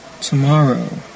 Tomorrow